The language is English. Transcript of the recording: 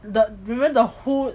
remember the whole